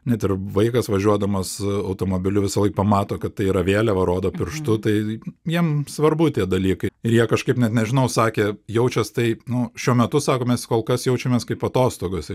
net ir vaikas važiuodamas automobiliu visąlaik pamato kad tai yra vėliava rodo pirštu tai jiem svarbu tie dalykai ir jie kažkaip net nežinau sakė jaučias taip nu šiuo metu sako mes kol kas jaučiamės kaip atostogose